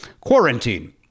quarantine